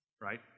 right